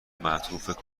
معطوف